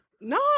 No